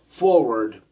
forward